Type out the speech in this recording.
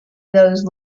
those